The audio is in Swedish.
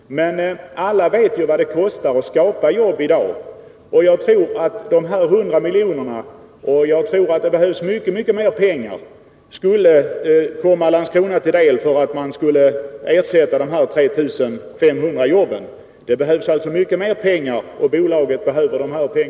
Men alla vet vad det kostar att skapa jobb i dag, och jag tror att mycket mycket mer pengar än de 100 miljonerna skulle behöva komma Landskrona till del för att ersätta de 3500 förlorade jobben.